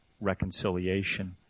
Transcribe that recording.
reconciliation